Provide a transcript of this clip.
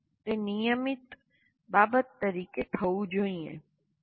પરંતુ તે નિયમિત બાબત તરીકે થવું જોઈએ